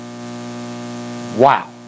Wow